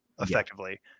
effectively